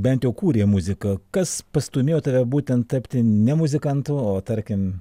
bent jau kūrei muziką kas pastūmėjo tave būtent tapti ne muzikantu o tarkim